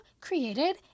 created